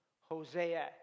Hosea